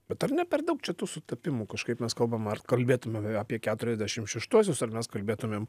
bet ar ne per daug čia tų sutapimų kažkaip mes kalbam ar kalbėtume apie keturiasdešimt šeštuosius ar mes kalbėtumėm